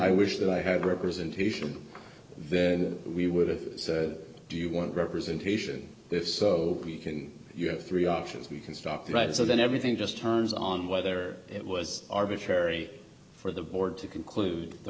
i wish that i had representation then we would have said do you want representation there so we can you have three options we construct rights and then everything just turns on whether it was arbitrary for the board to conclude the